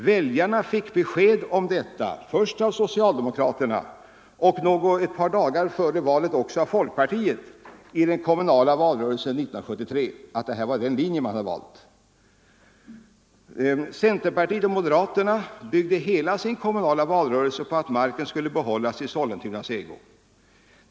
Väljarna fick beskedet, först av socialdemokraterna och ett par dagar före valet också av folkpartiet i den kommunala valrörelsen 1973, att detta var den linje man hade valt. Centerpartiet och moderaterna byggde hela sin kommunala valrörelse på att marken skulle behållas i Sollentunas ägo.